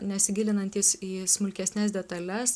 nesigilinant į į smulkesnes detales